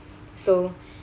so